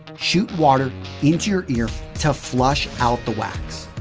shoot water into your ear to flush out the wax.